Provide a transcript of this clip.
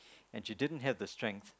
and she didn't have the strength